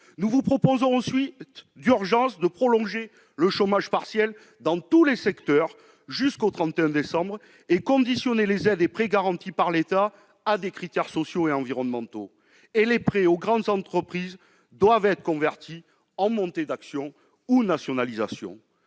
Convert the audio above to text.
Nous vous proposons ensuite de prolonger d'urgence le dispositif de chômage partiel pour tous les secteurs jusqu'au 31 décembre et de soumettre les aides et les prêts garantis par l'État à des critères sociaux et environnementaux. Les prêts aux grandes entreprises doivent être convertis en montées au capital ou en nationalisations.